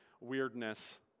weirdness